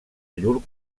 llur